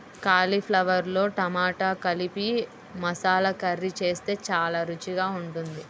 కాలీఫ్లవర్తో టమాటా కలిపి మసాలా కర్రీ చేస్తే చాలా రుచికరంగా ఉంటుంది